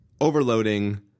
overloading